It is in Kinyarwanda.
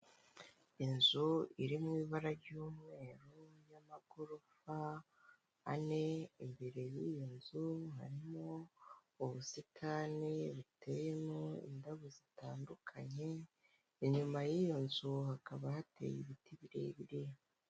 Inzu iri mu ibara ry'umweru n'amagorofa ane, imbere y'iyo nzu harimo ubusitani buteyemo indabo zitandukanye, inyuma y'iyo nzu hakaba hateye ibiti birebire.